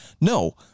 No